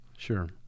Sure